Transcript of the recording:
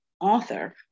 author